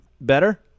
better